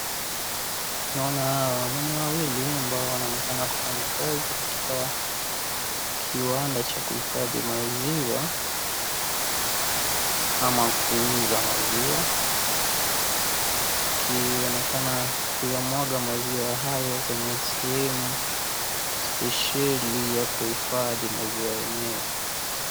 Tunaona wanaume wawili ambao wanaonekana kufanya kazi katika kiwanda cha kuhifadhi maziwa, ama kuuza maziwa, wakionekana kuyamwaga maziwa hayo kwenye sehemu spesheli ya kuhifadhi maziwa yenyewe.